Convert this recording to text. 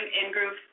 in-group